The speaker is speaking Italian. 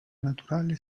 naturale